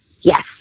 Yes